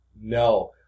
No